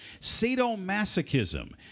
sadomasochism